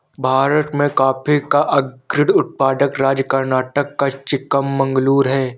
भारत में कॉफी का अग्रणी उत्पादक राज्य कर्नाटक का चिक्कामगलूरू है